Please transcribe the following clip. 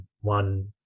one